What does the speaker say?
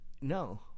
no